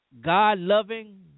god-loving